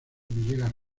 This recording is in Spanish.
villegas